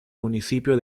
municipio